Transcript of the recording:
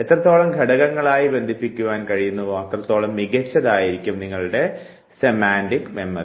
എത്രത്തോളം ഘടകങ്ങളായി ബന്ധിപ്പിക്കുവാൻ കഴിയുന്നുവോ അത്രത്തോളം മികച്ചതായിരിക്കും നിങ്ങളുടെ സെമാൻറിക് ഓർമ്മ